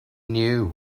knew